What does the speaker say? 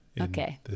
okay